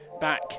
back